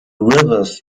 rivers